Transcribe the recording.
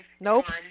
Nope